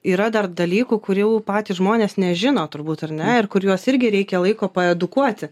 yra dar dalykų kurie patys žmonės nežino turbūt ar ne ir kuriuos irgi reikia laiko edukuoti